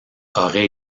auraient